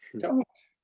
don't.